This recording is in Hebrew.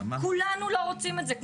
כמו שאמרתי פה, כולנו לא רוצים את זה.